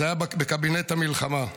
זה היה בקבינט המלחמה.